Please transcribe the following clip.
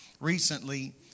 recently